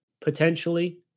potentially